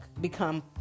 become